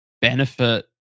benefit